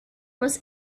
was